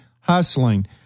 hustling